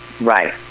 Right